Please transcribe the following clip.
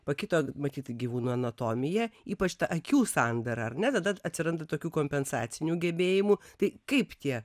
pakito matyt gyvūno anatomija ypač ta akių sandara ar ne tada atsiranda tokių kompensacinių gebėjimų tai kaip tie